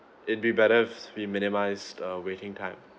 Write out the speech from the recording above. it'd be better if we minimize uh waiting time